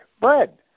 bread